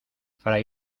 fray